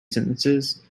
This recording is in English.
sentences